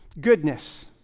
Goodness